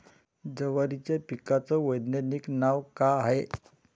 जवारीच्या पिकाचं वैधानिक नाव का हाये?